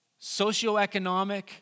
socioeconomic